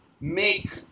make